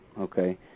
okay